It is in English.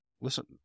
Listen